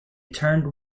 turned